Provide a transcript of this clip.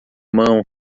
mão